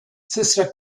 sister